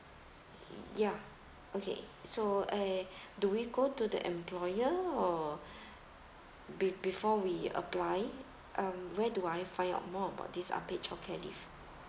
ya okay so uh do we go to the employer or be~ before we apply um where do I find out more about this unpaid childcare leave